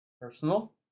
personal